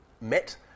met